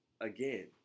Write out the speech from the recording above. again